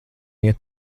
iet